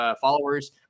followers